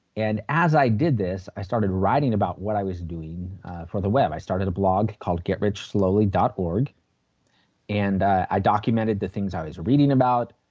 and as i did this i started writing about what i was doing for the web. i started a blog called getrichslowly dot org and i documented the things i was reading about,